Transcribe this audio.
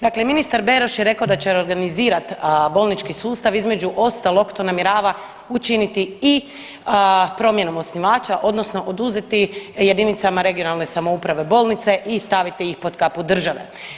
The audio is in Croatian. Dakle, ministar Beroš je rekao da će reorganizirat bolnički sustav, između ostalog to namjerava učiniti i promjenom osnivača odnosno oduzeti jedinicama regionalne samouprave bolnice i staviti ih pod kapu države.